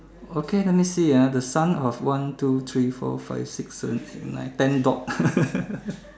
okay let me see ah the sun of one two three four five six seven eight nine ten dot